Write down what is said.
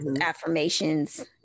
affirmations